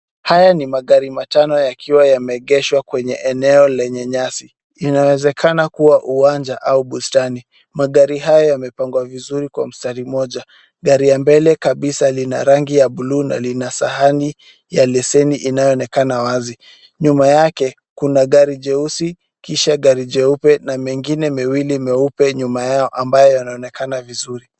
Haya ni magari matano yakiwa yameegeshwa kwenye eneo lenye nyasi. Inawezekana kuwa uwanja au bustani. Magari hayo yamepangwa vizuri kwa mstari moja. Gari ya mbele kabisa lina rangi ya blue na lina sahani ya leseni inayoonekana wazi. Nyuma yake kuna gari jeusi kisha gari jeupe na mengine mawili meupe nyuma yao ambayo yanaonekana vizuri.